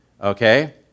okay